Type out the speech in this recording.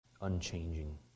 unchanging